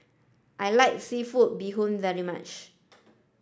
I like seafood bee hoon very much